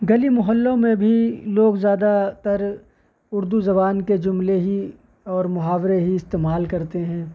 گلی محلوں میں بھی لوگ زیادہ تر اردو زبان کے جملے ہی اور محاورے ہی استعمال کرتے ہیں